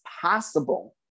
possible